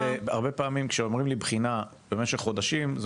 הרבה פעמים כשאומרים בחינה במשך חודשים זה